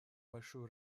большую